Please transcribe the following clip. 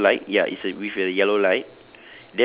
yellow light ya it's a with a yellow light